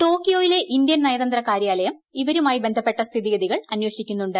ടോക്കിയോയിലെ Indian നയതന്ത്രകാര്യാലയം ഇവരുമായി ബന്ധപ്പെട്ട സ്ഥിതിഗതികൾ അന്വേഷിക്കുന്നുണ്ട്